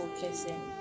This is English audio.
kissing